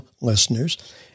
listeners